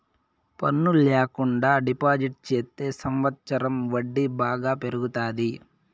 పన్ను ల్యాకుండా డిపాజిట్ చెత్తే సంవచ్చరం వడ్డీ బాగా పెరుగుతాది